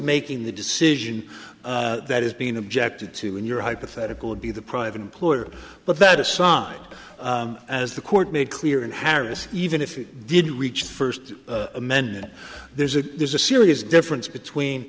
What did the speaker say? making the decision that is being objected to in your hypothetical would be the private employer but that aside as the court made clear in harris even if it did reach the first amendment there's a there's a serious difference between